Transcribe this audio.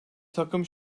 takım